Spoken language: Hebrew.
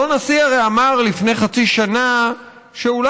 אותו נשיא הרי אמר לפני חצי שנה שאולי